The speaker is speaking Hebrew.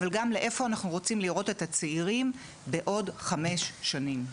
אבל גם לאיפה אנחנו רוצים לראות את הצעירים בעוד חמש שנים.